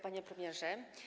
Panie Premierze!